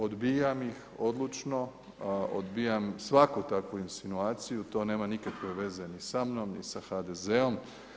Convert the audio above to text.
Odbijam ih odlučno, odbijam svaku takvu insinuaciju, to nema nikakve veze ni samnom ni sa HDZ-om.